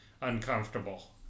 uncomfortable